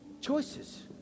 choices